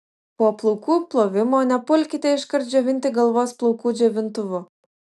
po plaukų plovimo nepulkite iškart džiovinti galvos plaukų džiovintuvu